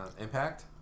Impact